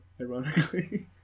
ironically